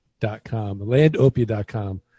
Landopia.com